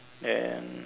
then